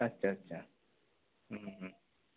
আচ্ছা আচ্ছা হুমহুম